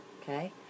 Okay